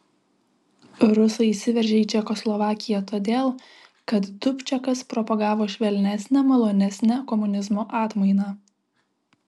rusai įsiveržė į čekoslovakiją todėl kad dubčekas propagavo švelnesnę malonesnę komunizmo atmainą